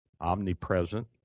omnipresent